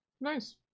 Nice